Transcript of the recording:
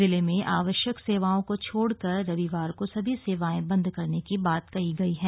जिले में आवश्यक सेवाओं को छोड़कर रविवार को सभी सेवाएं बंद करने की बात कही गयी है